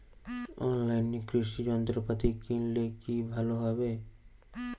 অনলাইনে কৃষি যন্ত্রপাতি কিনলে কি ভালো হবে?